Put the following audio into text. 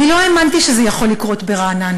אני לא האמנתי שזה יכול לקרות ברעננה.